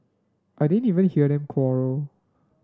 I didn't even hear them quarrel